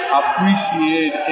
appreciate